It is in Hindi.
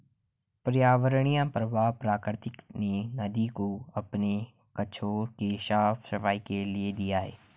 पर्यावरणीय प्रवाह प्रकृति ने नदी को अपने कछार के साफ़ सफाई के लिए दिया है